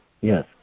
Yes